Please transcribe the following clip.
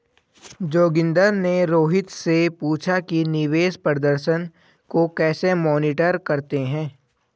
जोगिंदर ने रोहित से पूछा कि निवेश प्रदर्शन को कैसे मॉनिटर करते हैं?